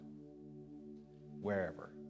wherever